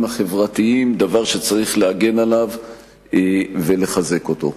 החברתיים דבר שצריך להגן עליו ולחזק אותו.